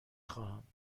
خواهم